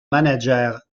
manager